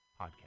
podcast